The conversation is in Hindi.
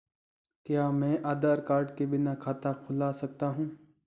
क्या मैं आधार कार्ड के बिना खाता खुला सकता हूं?